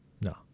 No